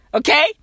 Okay